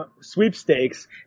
sweepstakes